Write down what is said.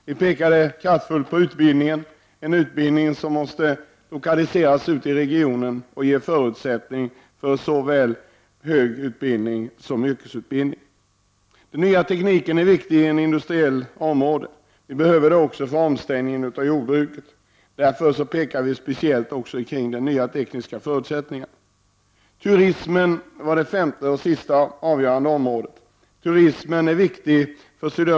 Vi betonade kraftfullt att utbildningen måste lokaliseras ut i regionen för att ge förutsättning för såväl högre utbildning som yrkesutbildning. Den nya tekniken är viktig i ett industriellt område. Den behövs också för omställning av jordbruket. Vi framhöll därför också de nya tekniska förutsättningarna. Turismen var det femte och avgörande området som projektet tog upp.